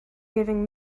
giving